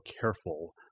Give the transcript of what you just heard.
careful